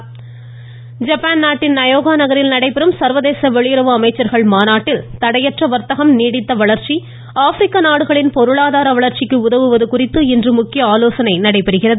மமமமம தெய்சங்கர் ஜப்பான் நாட்டின் நயோகா நகரில் நடைபெறும் சர்வதேச வெளியுறவு அமைச்சர்கள் மாநாட்டில் தடையற்ற வர்த்தகம் நீடித்த வளர்ச்சி ஆப்ரிக்க நாடுகளின் பொருளாதார வளர்ச்சிக்கு உதவுவது குறித்து இன்று முக்கிய ஆலோசனை நடைபெறுகிறது